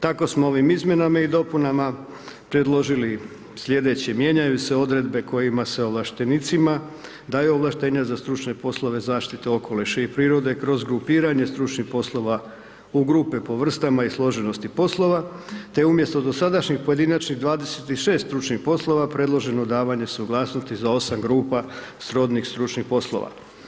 Tako smo ovim izmjenama i dopunama predložili sljedeće: Mijenjaju se odredbe kojima se ovlaštenicima daju ovlaštenja za stručne poslove zaštite okoliša i prirode kroz grupiranje stručnih poslova u grupe po vrstama i složenosti poslova te umjesto dosadašnjih pojedinačnih 26 stručnih poslova, predloženo davanje suglasnosti za 8 grupa srodnih stručnih poslova.